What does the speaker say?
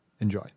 Enjoy